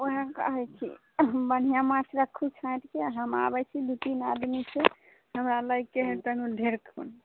ओएह कहैत छी बढ़िआँ माछ रखू छाँटिके हम आबैत छी दू तीन आदमी से हमरा लैके हय तनी ढेरखुन